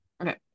okay